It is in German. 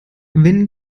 wenn